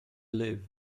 live